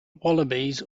wallabies